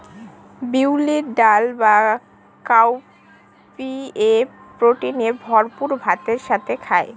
বিউলির ডাল বা কাউপিএ প্রোটিনে ভরপুর ভাতের সাথে খায়